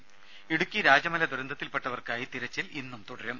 ത ഇടുക്കി രാജമല ദുരന്തത്തിൽപെട്ടവർക്കായി തിരച്ചിൽ ഇന്നും തുടരും